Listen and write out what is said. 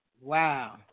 Wow